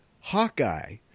hawkeye